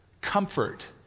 comfort